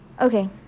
okay